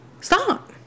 Stop